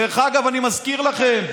דרך אגב, אני מזכיר לכם,